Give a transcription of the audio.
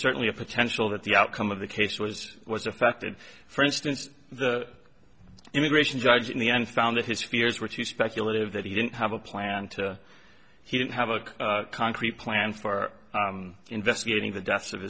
certainly a potential that the outcome of the case was was affected for instance the immigration judge in the end found that his fears were too speculative that he didn't have a plan to he didn't have a concrete plan for investigating the deaths of